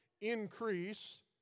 increase